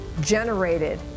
generated